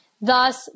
Thus